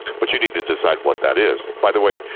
but you need to decide what that is. by the way,